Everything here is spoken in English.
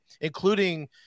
including